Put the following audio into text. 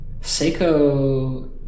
Seiko